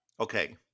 Okay